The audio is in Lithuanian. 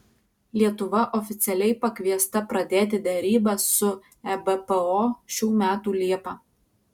lietuva oficialiai pakviesta pradėti derybas su ebpo šių metų liepą